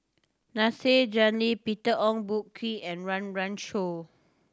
Nasir Peter Ong Boon Kwee and Run Run Shaw